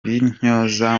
b’intyoza